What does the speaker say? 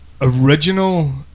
original